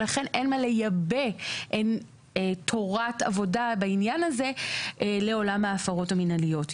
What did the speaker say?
ולכן אין מה לייבא תורת עבודה בעניין הזה לעולם ההפרות המינהליות.